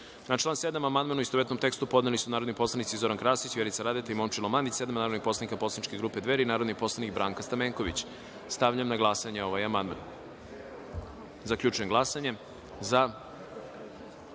član 23. amandman, u istovetnom tekstu, podneli su narodni poslanici Zoran Krasić, Vjerica Radeta i Petar Jojić, sedam narodnih poslanika poslaničke grupe Dveri i narodni poslanik Branka Stamenković. Stavljam na glasanje ovaj amandman. Zaključujem glasanje: